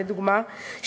לדוגמה,